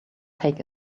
take